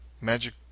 magic